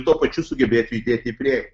tuo pačiu sugebėti judėti į priekį